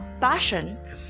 passion